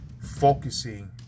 focusing